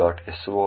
diss